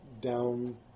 down